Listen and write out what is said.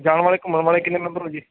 ਜਾਣ ਵਾਲੇ ਘੁੰਮਣ ਵਾਲੇ ਕਿੰਨੇ ਮੈਂਬਰ ਹੋ ਜੀ